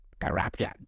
corruption